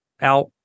out